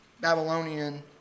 Babylonian